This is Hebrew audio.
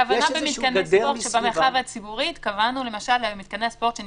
יש איזה גדר מסביבם --- הכוונה במתקני ספורט שבמרחב הציבורי,